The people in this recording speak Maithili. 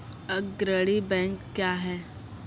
अग्रणी बैंक क्या हैं?